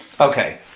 Okay